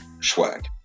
swag